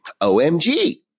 OMG